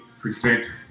present